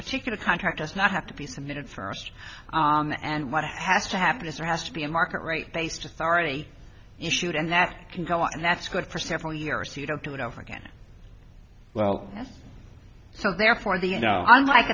particular contract does not have to be submitted for us and what has to happen is there has to be a market rate basis already issued and that can go on and that's good for several years if you don't do it over again well yes so therefore the you know i'm like